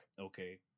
Okay